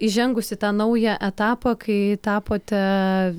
įžengus į tą naują etapą kai tapote